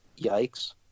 yikes